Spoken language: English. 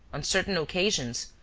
on certain occasions,